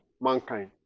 mankind